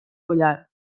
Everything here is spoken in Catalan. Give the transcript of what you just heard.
collar